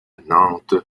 nantes